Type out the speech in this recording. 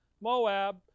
Moab